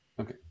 Okay